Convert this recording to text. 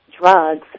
drugs